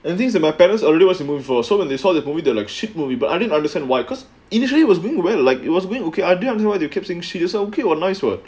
and these are my parents already once you move or so when they saw that movie like shit movie but I didn't understand why because initially was being very like it was going okay I don't know you why do you keep saying she is okay or nice [what]